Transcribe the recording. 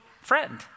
friend